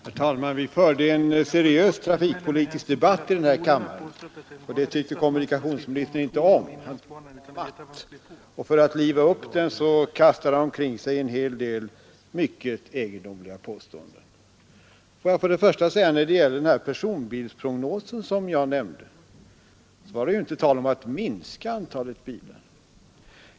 Herr talman! Vi förde en seriös trafikpolitisk debatt i den här kammaren, och det tyckte kommunikationsministern inte om. För att liva upp debatten kastade han omkring sig en del mycket egendomliga påståenden. Först och främst var det när det gäller den personbilsprognos som jag nämnde inte fråga om att minska antalet bilar.